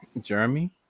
Jeremy